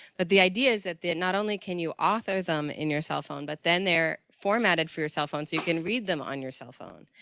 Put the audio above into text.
but the idea is that they're and not only can you author them in your cell phone. but then they're formatted for your cell phone so you can read them on your cell phone.